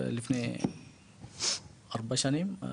לפני 4 שנים.